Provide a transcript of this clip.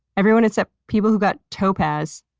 everyone except people who got topaz.